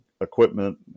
equipment